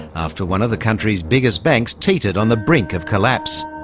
after one of the country's biggest banks teetered on the brink of collapse.